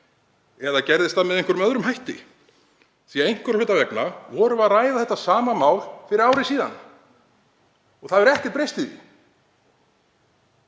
Eða gerðist það með einhverjum öðrum hætti? Einhverra hluta vegna vorum við að ræða þetta sama mál fyrir ári og það hefur ekkert breyst í því.